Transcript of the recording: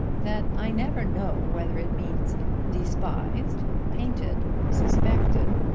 that i never know whether it means despised, painted, suspected,